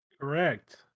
Correct